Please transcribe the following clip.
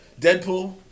Deadpool